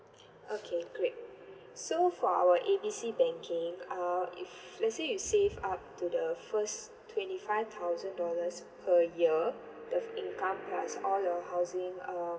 okay great so for our A B C banking uh if let say you save up to the first twenty five thousand dollars per year the income plus all your housing um